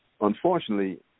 Unfortunately